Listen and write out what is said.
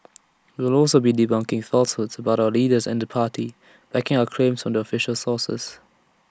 we will also be debunking falsehoods about our leaders and the party backing our claims from official sources